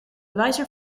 wijzer